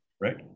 Right